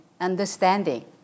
understanding